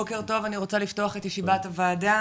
בוקר טוב אני רוצה לפתוח את ישיבת הועדה,